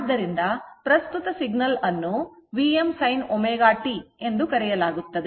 ಆದ್ದರಿಂದ ಪ್ರಸ್ತುತ signal ಅನ್ನು Vm sin ω t ಎಂದು ಕರೆಯಲಾಗುತ್ತದೆ